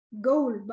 goal